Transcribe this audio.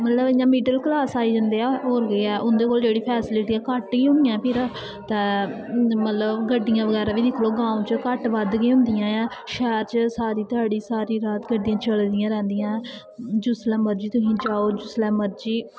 मतलव middle class आई जंदे नैं उंदे कोल फैसलिटियां घट्ट गैं होनियां फिर ते गड्डियां बगैरा बी दिक्खी लैओ गांव च घट्ट बध्द गै होंदियां नैं शैह्र च सारी ध्याड़ी सारी रात चलदियां रैंह्दियां नैं जिसलै मर्जी तुस जाओ जिसलै मर्जी